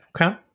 Okay